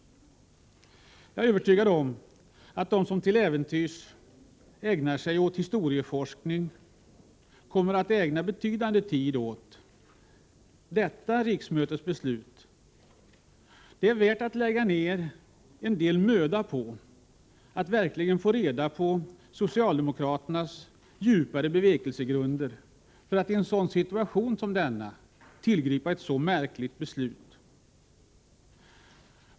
Jag är övertygad om att de som ägnar sig åt historieforskning kommer att ägna betydande tid åt det beslut som nu fattas under detta riksmöte. Det är värt att lägga ner en del möda på att verkligen få reda på socialdemokraternas djupare bevekelsegrunder för att i en situation som denna tillgripa ett så märkligt beslut.